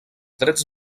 drets